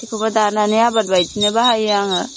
सिखौबो दानानै आबाद बायदिनो बाहायो आङो